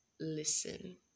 listen